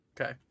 okay